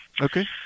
Okay